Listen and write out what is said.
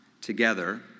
together